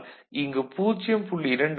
ஆனால் இங்கு 0